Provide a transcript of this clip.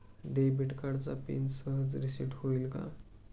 Debit कार्डचा PIN सहज reset होईल का?